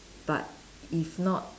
but if not